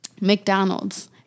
McDonald's